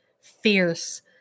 fierce